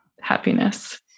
happiness